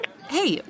Hey